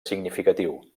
significatiu